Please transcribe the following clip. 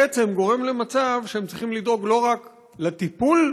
בעצם גורם למצב שהם צריכים לדאוג לא רק לטיפול